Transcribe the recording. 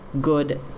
good